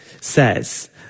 says